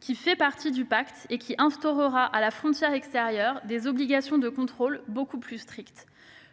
qui fait partie du pacte et qui instaurera à la frontière extérieure des obligations de contrôle beaucoup plus strictes.